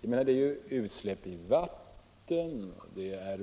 Det finns vidare utsläpp i vatten,